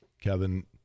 Kevin